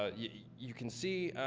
ah you you can see